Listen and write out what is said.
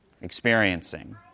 experiencing